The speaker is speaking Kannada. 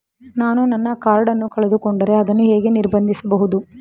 ನಾನು ನನ್ನ ಕಾರ್ಡ್ ಅನ್ನು ಕಳೆದುಕೊಂಡರೆ ಅದನ್ನು ಹೇಗೆ ನಿರ್ಬಂಧಿಸಬಹುದು?